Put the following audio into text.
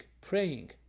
praying